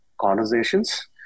conversations